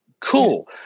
Cool